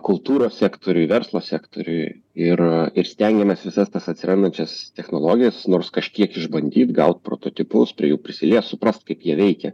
kultūros sektoriuj verslo sektoriuj ir ir stengiamės visas tas atsirandančias technologijas nors kažkiek išbandyt gaut prototipus prie jų prisiliest suprast kaip jie veikia